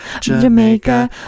Jamaica